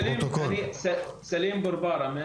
סאג'ור.